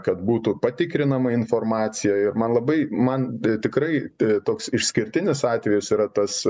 kad būtų patikrinama informacija ir man labai man tikrai toks išskirtinis atvejis yra tas